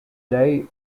day